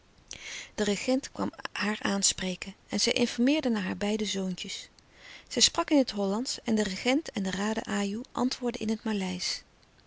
de regent kwam haar aanspreken en zij informeerde naar zijn beide zoontjes zij sprak in het hollandsch en de regent en de raden ajoe antwoordden in het maleisch